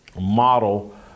model